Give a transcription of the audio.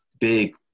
big